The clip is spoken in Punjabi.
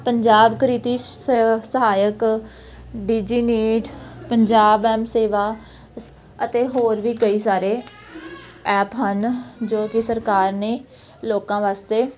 ਪੰਜਾਬ ਕ੍ਰਿਤੀ ਸ ਸਹਾਇਕ ਡੀਜੀਨੀਟ ਪੰਜਾਬ ਐਮਸੇਵਾ ਅਤੇ ਹੋਰ ਵੀ ਕਈ ਸਾਰੇ ਐਪ ਹਨ ਜੋ ਕਿ ਸਰਕਾਰ ਨੇ ਲੋਕਾਂ ਵਾਸਤੇ